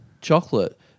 Chocolate